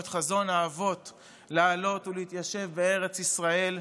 את חזון האבות לעלות ולהתיישב בארץ ישראל,